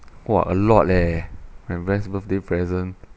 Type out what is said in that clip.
!wah! a lot leh my best birthday present